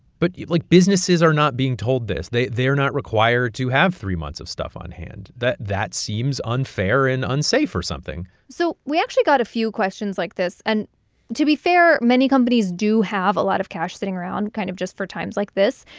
but like, businesses are not being told this. they're not required to have three months of stuff on hand. that that seems unfair and unsafe or something so we actually got a few questions like this. and to be fair, many companies do have a lot of cash sitting around kind of just for times like this.